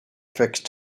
fixed